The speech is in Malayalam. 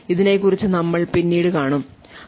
ഇതിനെക്കുറിച്ചു നമ്മൾ പിന്നീട് കൂടുതൽ കാണും